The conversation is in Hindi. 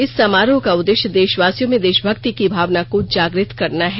इस समारोह का उद्देश्य देशवासियों में देशभक्ति की भावना को जागृत करना है